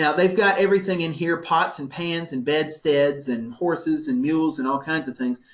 now they're got everything in here pots and pans and bedsteads and horses and mules and all kinds of things,